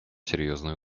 серьезной